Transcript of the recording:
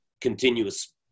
continuous